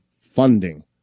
funding